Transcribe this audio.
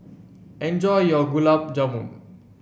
enjoy your Gulab Jamun